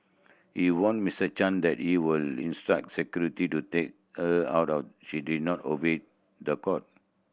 he warned Miss Chan that he would instruct security to take her out or she did not obey the court